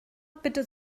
bitte